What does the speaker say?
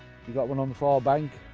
you got one on the far bank,